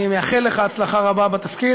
אני מאחל לך הצלחה בתפקיד,